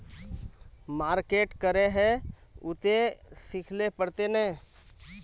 Market करे है उ ते सिखले पड़ते नय?